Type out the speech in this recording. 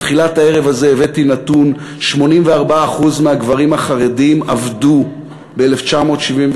בתחילת הערב הזה הבאתי נתון: 84% מהגברים החרדים עבדו ב-1979.